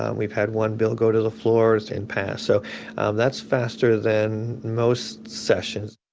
and we've had one bill go to the floor and pass. so um that's faster than most sessions.